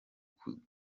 kugeza